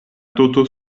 doto